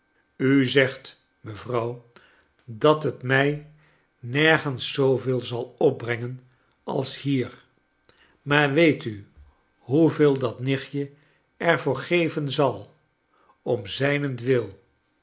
u zegt mevrouw dat het mij nergens zooveel zal opbrengen als hier maar weet u hoeveel dat nichtje er voor geven zal om zljnentwil